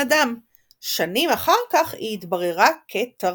אדם; שנים אחר כך היא התבררה כתרמית.